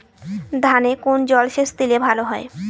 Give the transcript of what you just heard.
ধানে কোন জলসেচ দিলে ভাল হয়?